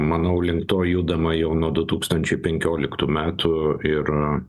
manau link to judama jau nuo du tūkstančiai penkioliktų metų ir